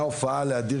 בהר